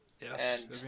Yes